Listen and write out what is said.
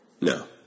No